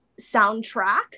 soundtrack